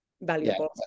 valuable